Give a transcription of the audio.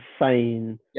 insane